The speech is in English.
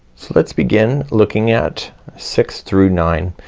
let's begin looking at six through nine.